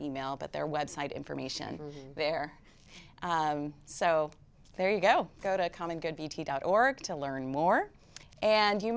e mail but their website information there so there you go go to a common good bt dot org to learn more and you